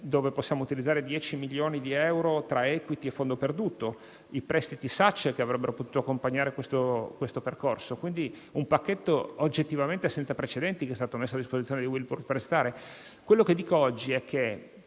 quale possiamo utilizzare 10 milioni di euro tra *equity* e fondo perduto nonché i prestiti Sace che avrebbero potuto accompagnare questo percorso. Si tratta quindi di un pacchetto oggettivamente senza precedenti che è stato messo a disposizione di Whirlpool per restare. Quello che dico oggi è che,